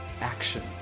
action